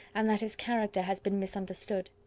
and that his character has been misunderstood.